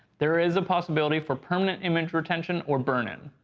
there is a possibility for permanent image retention or burn-in.